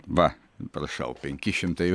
va prašau penki šimtai